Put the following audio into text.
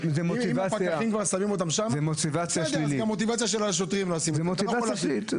מוטיבציה שלילית.